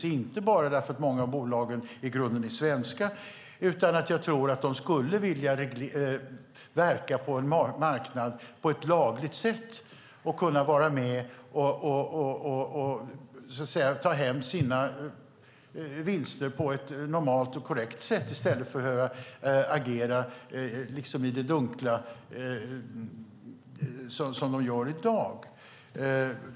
Det är det inte bara för att många av bolagen i grunden är svenska. Jag tror att de skulle vilja verka på en marknad på ett lagligt sätt och kunna vara med och ta hem sina vinster på ett normalt och korrekt sätt i stället för att agera i det dunkla som de gör i dag.